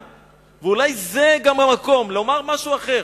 אולי זה המקום לומר משהו אחר.